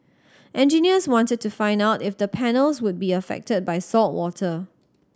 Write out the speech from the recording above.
engineers wanted to find out if the panels would be affected by saltwater